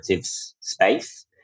space